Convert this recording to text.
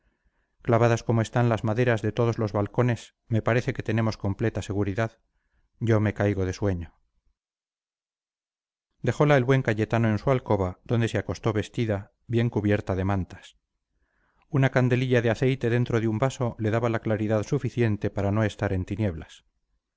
clavadas como están las maderas de todos los balcones me parece que tenemos completa seguridad yo me caigo de sueño dejola el buen cayetano en su alcoba donde se acostó vestida bien cubierta de mantas una candelilla de aceite dentro de un vaso le daba la claridad suficiente para no estar en tinieblas